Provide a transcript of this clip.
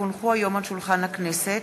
כי הונחו היום על שולחן הכנסת,